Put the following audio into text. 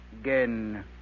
again